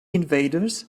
invaders